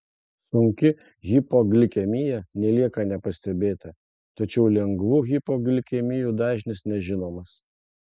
sunki hipoglikemija nelieka nepastebėta tačiau lengvų hipoglikemijų dažnis nežinomas